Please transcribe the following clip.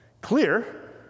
Clear